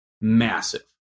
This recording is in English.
massive